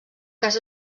cas